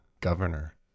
governor